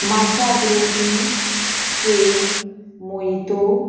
माछा green tea cake मोयतो